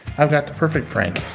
i've got the perfect prank.